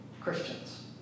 Christians